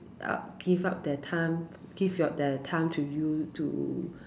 up give up their time give your their time to you to